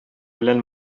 белән